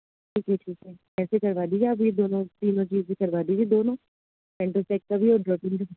جی ٹھیک ہے ایسے کروا دیجیے آپ یہ دونوں تینوں چیزیں کروا دیجیے دونوں پینٹو سیکس کا بھی اور ڈروٹین بھی